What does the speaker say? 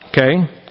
okay